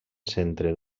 centre